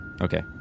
Okay